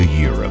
Europe